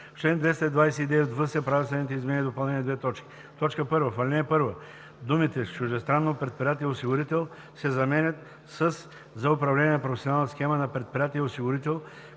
В чл. 229в се правят следните изменения и допълнения: 1. В ал. 1 в изречение първо думите „с чуждестранно предприятие осигурител“ се заменят със „за управление на професионална схема на предприятие осигурител,